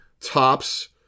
tops